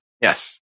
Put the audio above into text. Yes